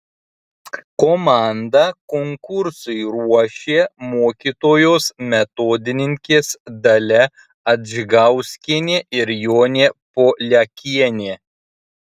komandą konkursui ruošė mokytojos metodininkės dalia adžgauskienė ir jonė poliakienė